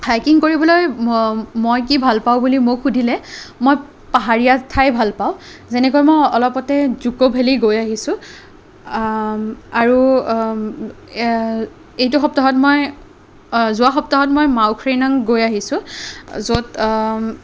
hiking কৰিবলৈ মই কি ভাল পাওঁ বুলি মোক সুধিলে মই পাহাৰীয়া ঠাই ভাল পাওঁ যেনেকৈ মই অলপতে জুক' ভেলি গৈ আহিছোঁ আৰু এইটো সপ্তাহত মই যোৱা সপ্তাহত মই মাওথ্ৰিনং গৈ আহিছোঁ য'ত